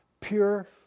pure